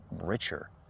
richer